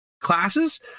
classes